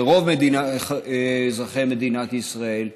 לרוב אזרחי מדינת ישראל,